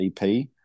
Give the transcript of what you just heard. EP